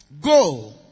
Go